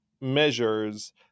measures